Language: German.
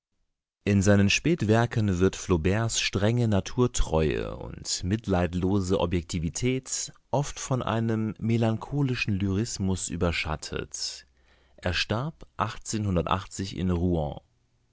in seinen spätwerken wird flauberts strenge naturtreue und mitleidlose objektivität oft von einem melancholischen lyrismus überschattet er starb in